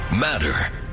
matter